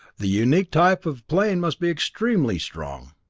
the unique type of plane must be extremely strong.